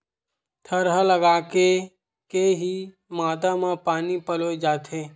थरहा लगाके के ही मांदा म पानी पलोय जाथे